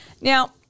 Now